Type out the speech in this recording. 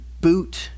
boot